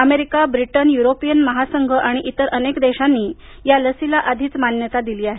America Britain European महासंघ आणि इतर अनेक देशांनी या लसीला आधीच मान्यता दिली आहे